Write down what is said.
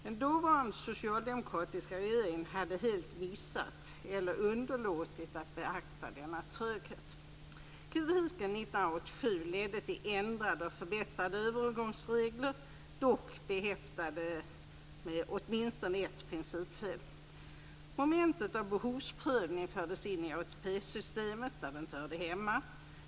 Den dåvarande socialdemokratiska regeringen hade helt missat eller underlåtit att beakta denna tröghet. Kritiken 1987 ledde till ändrade och förbättrade övergångsregler, som dock var behäftade med åtminstone ett principfel. systemet, där det inte hörde hemma.